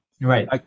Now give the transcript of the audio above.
Right